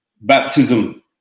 baptism